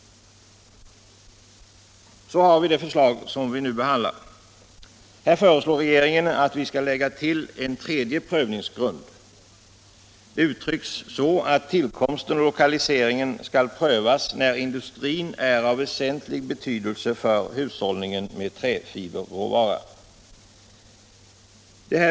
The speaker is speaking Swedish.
Så har vi det förslag som nu behandlas. Här föreslår regeringen att vi skall lägga till en tredje prövningsgrund. Det uttrycks så att tillkomsten och lokaliseringen skall prövas när industrin är av väsentlig betydelse för hushållningen med träfiberråvara.